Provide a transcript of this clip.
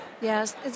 Yes